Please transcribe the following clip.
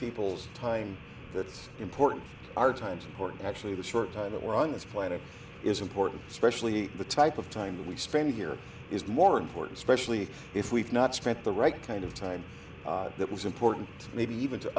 people's time that's important for our time support and actually the short time that we're on this planet is important especially the type of time that we spend here is more important especially if we've not spent the right kind of time that was important maybe even to